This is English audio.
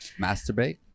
masturbate